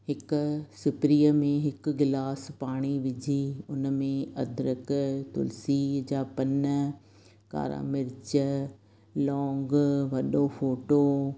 हिक सिपरीअ में हिकु गिलास पाणी विझी उनमें अदरक तुलसी जा पन्न कारा मिर्च लौंग वॾो फ़ोटो